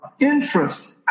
interest